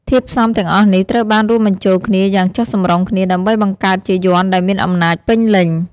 ធាតុផ្សំទាំងអស់នេះត្រូវបានរួមបញ្ចូលគ្នាយ៉ាងចុះសម្រុងគ្នា ដើម្បីបង្កើតជាយ័ន្តដែលមានអំណាចពេញលេញ។